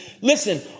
Listen